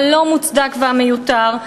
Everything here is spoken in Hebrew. הלא-מוצדק והמיותר,